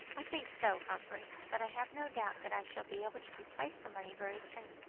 i think so, humphrey but i have no doubt that i shall be able to replace the money very soon,